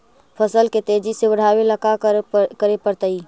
फसल के तेजी से बढ़ावेला का करे पड़तई?